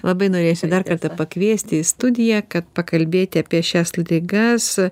labai norėjosi dar kartą pakviesti į studiją kad pakalbėti apie šias ligas